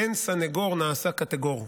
"אין סנגור נעשה קטגור".